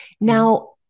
Now